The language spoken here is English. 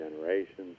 generations